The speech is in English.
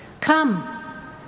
Come